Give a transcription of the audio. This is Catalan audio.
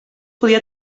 podia